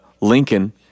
Lincoln